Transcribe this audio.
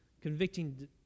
convicting